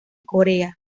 corea